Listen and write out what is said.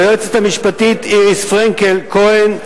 ליועצת המשפטית איריס פרנקל-כהן,